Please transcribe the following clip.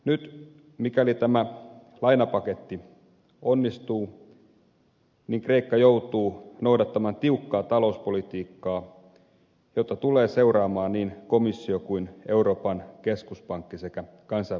nyt mikäli tämä lainapaketti onnistuu kreikka joutuu noudattamaan tiukkaa talouspolitiikkaa jota tulevat seuraamaan niin komissio kuin euroopan keskuspankki sekä kansainvälinen valuuttarahasto